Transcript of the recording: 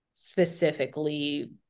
specifically